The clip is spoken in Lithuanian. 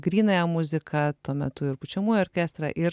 grynąją muziką tuo metu ir pučiamųjų orkestrą